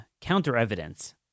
counter-evidence